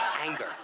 Anger